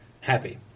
happy